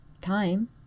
time